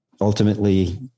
ultimately